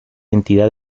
entidad